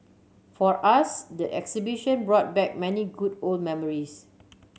for us the exhibition brought back many good old memories